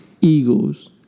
Eagles